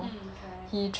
mm correct